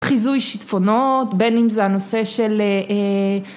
חיזוי שיטפונות בין אם זה הנושא של